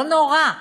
לא נורא,